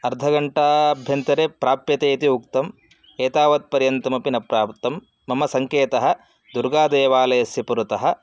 अर्धघण्टाभ्यन्तरे प्राप्यते इति उक्तम् एतावत् पर्यन्तमपि न प्राप्तं मम सङ्केतः दुर्गादेवालयस्य पुरतः